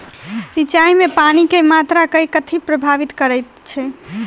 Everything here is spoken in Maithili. सिंचाई मे पानि केँ मात्रा केँ कथी प्रभावित करैत छै?